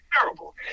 terrible